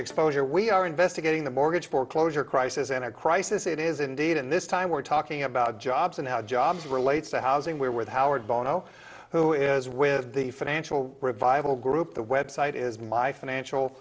exposure we are investigating the mortgage foreclosure crisis and a crisis it is indeed and this time we're talking about jobs and how jobs relates to housing we're with howard bono who is with the financial revival group the website is my financial